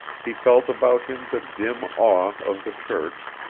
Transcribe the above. he felt about him the dim awe of the church,